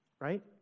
Right